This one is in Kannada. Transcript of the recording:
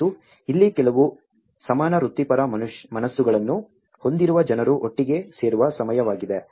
ಮತ್ತು ಇಲ್ಲಿ ಕೆಲವು ಸಮಾನ ವೃತ್ತಿಪರ ಮನಸ್ಸುಗಳನ್ನು ಹೊಂದಿರುವ ಜನರು ಒಟ್ಟಿಗೆ ಸೇರುವ ಸಮಯವಾಗಿದೆ